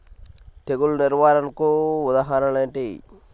తెగులు నిర్వహణకు ఉదాహరణలు ఏమిటి?